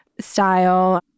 style